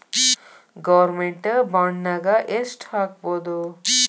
Government ಬಾಂಡ್ನಾಗ್ ಯೆಷ್ಟ್ ಹಾಕ್ಬೊದು?